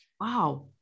Wow